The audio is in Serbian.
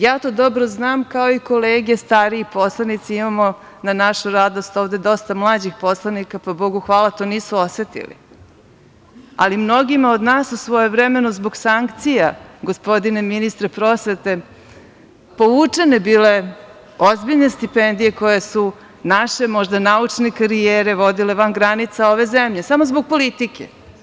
Ja to dobro znam, kao i kolege, stariji poslanici, imamo na našu radost dosta mlađih poslanika, pa Bogu hvala to nisu osetili, ali mnogima od nas su svojevremeno zbog sankcija, gospodine ministre prosvete, povučene bile povučene ozbiljne stipendije koje su naše možda naučne karijere vodile van granica ove zemlje, samo zbog politike.